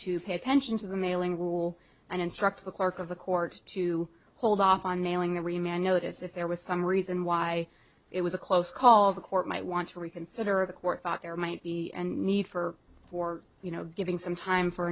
to pay attention to the mailing rule and instruct the clerk of the court to hold off on nailing the re man no it is if there was some reason why it was a close call the court might want to reconsider a court thought there might be and need for for you know giving some time for